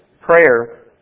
prayer